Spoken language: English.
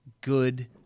good